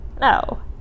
no